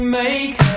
make